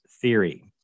theory